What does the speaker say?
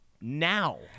now